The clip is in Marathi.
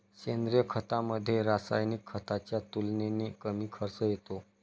सेंद्रिय खतामध्ये, रासायनिक खताच्या तुलनेने कमी खर्च येतो